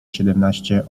siedemnaście